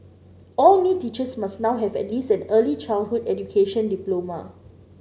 all new teachers must now have at least an early childhood education diploma